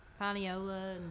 Paniola